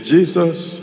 Jesus